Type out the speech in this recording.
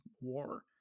war